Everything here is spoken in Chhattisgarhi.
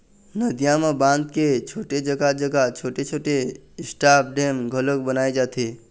नदियां म बांध के छोड़े जघा जघा छोटे छोटे स्टॉप डेम घलोक बनाए जाथे